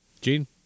Gene